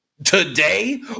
Today